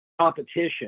competition